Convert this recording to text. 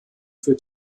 für